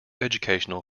educational